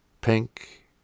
PINK